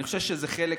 אני חושב שזה חלק,